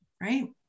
Right